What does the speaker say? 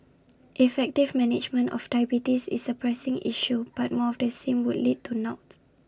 effective management of diabetes is A pressing issue but more of the same would lead to naught